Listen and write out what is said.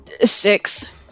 six